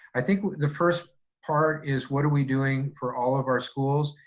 i think the first part is what are we doing for all of our schools,